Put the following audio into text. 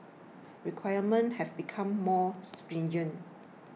requirements have become more stringent